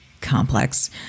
complex